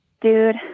dude